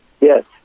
Yes